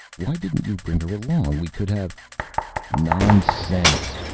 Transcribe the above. why didn't you bring her along? we could have nonsense!